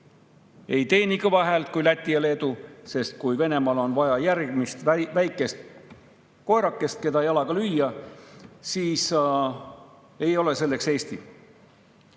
ei tee nii kõva häält kui Läti ja Leedu, sest kui Venemaal on vaja järgmist väikest koerakest, keda jalaga lüüa, siis ei ole selleks Eesti.